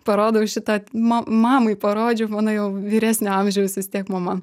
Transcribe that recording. parodau šitą ma mamai parodžiau o jinai jau vyresnio amžiaus vis tiek mama